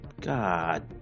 God